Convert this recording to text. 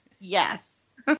Yes